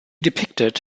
depicted